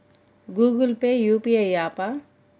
Google pay UPI య్యాపా?